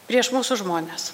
prieš mūsų žmones